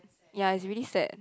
yea it's really sad